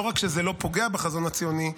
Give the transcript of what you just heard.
לא רק שזה לא פוגע בחזון הציוני,